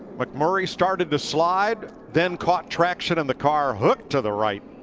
mcmurray started the slide, then caught traction and the car hooked to the right.